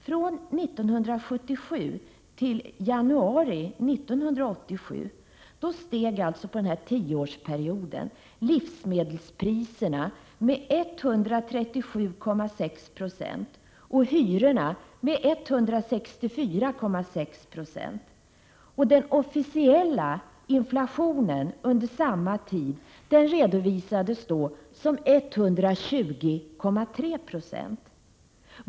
Från 1977 till januari 1987 — alltså en tioårsperiod — steg livsmedelspriserna med 137,6 96 och hyrorna med 164,6 20. Den officiella inflationen under samma tid redovisades som 120,3 96.